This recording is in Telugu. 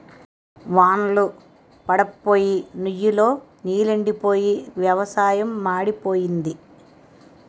వాన్ళ్లు పడప్పోయి నుయ్ లో నీలెండిపోయి వ్యవసాయం మాడిపోయింది